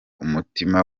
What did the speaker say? umutima